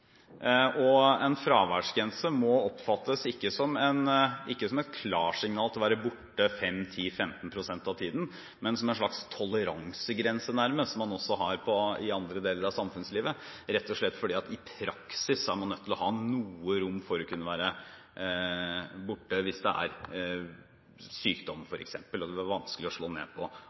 det. En fraværsgrense må oppfattes ikke som et klarsignal til å være borte 5-10-15 pst. av tiden, men nærmest som en slags toleransegrense, som man også har i andre deler av samfunnslivet, rett og slett fordi at i praksis er man nødt til å ha noe rom for å kunne være borte på grunn av sykdom f.eks. Det er vanskelig å slå ned på